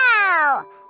Wow